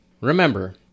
Remember